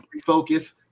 refocus